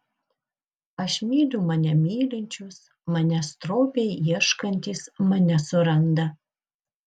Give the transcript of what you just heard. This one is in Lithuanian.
aš myliu mane mylinčius manęs stropiai ieškantys mane suranda